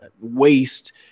waste